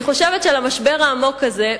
אני חושבת שעל המשבר העמוק הזה,